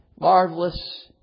marvelous